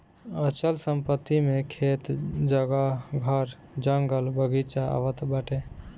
अचल संपत्ति मे खेत, जगह, घर, जंगल, बगीचा आवत बाटे